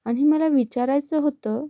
आणि मला विचारायचं होतं